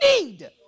need